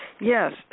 yes